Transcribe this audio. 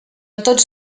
tots